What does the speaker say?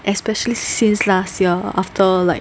especially since last year after like